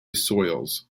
soils